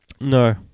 No